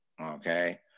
okay